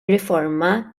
riforma